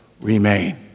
remain